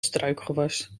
struikgewas